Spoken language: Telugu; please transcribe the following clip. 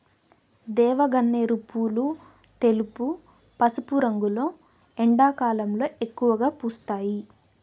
దేవగన్నేరు పూలు తెలుపు, పసుపు రంగులో ఎండాకాలంలో ఎక్కువగా పూస్తాయి